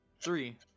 Three